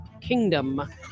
kingdom